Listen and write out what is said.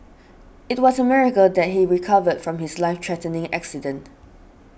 it was a miracle that he recovered from his life threatening accident